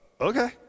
Okay